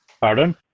pardon